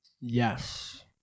Yes